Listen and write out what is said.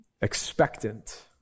expectant